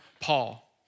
Paul